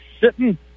sitting